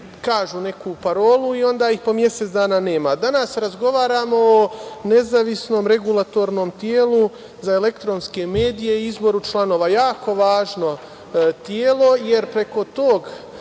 kažu neku parolu i onda ih po mesec dana nema. Danas razgovaramo o nezavisnom Regulatornom telu za elektronske medije i izboru članova. Jako važno telo, jer preko tog